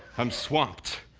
i'm swamped